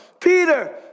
Peter